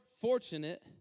fortunate